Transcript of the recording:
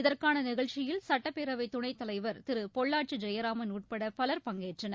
இதற்கான நிகழ்ச்சியில் சட்டப்பேரவைத் துணைத் தலைவர் திரு பொள்ளாச்சி ஜெயராமன் உட்பட பவர் பங்கேற்றனர்